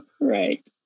right